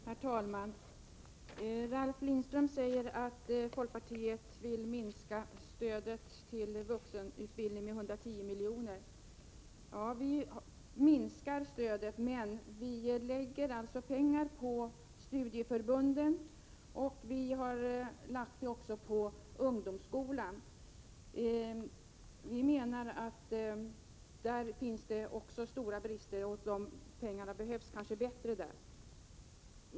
Herr talman! Ralf Lindström säger att folkpartiet vill minska stödet till vuxenutbildningen med 110 milj.kr. Ja, vi i folkpartiet vill minska stödet, men vi vill i stället lägga pengarna på studieförbunden och på ungdomsskolan. Vi menar att det även där finns stora brister och att pengarna behövs bättre där.